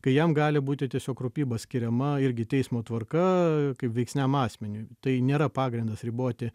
kai jam gali būti tiesiog rūpyba skiriama irgi teismo tvarka kaip veiksniam asmeniui tai nėra pagrindas riboti